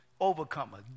overcomer